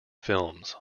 films